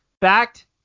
fact